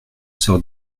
sort